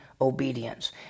obedience